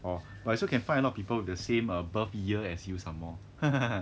!wah! but also can find a lot of people with the same err birth year as you some more